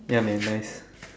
ya very nice